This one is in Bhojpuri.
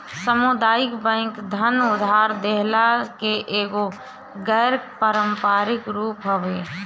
सामुदायिक बैंक धन उधार देहला के एगो गैर पारंपरिक रूप हवे